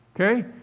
Okay